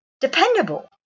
dependable